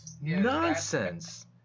nonsense